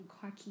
cocky